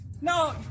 No